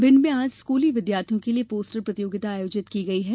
भिंड में आज स्कूली विद्यार्थियों के लिए पोस्टर प्रतियोगिता आयोजित की जा रही है